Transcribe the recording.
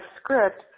script